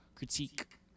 critique